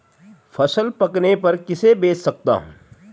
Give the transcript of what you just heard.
फसल पकने पर किसे बेच सकता हूँ?